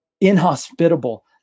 inhospitable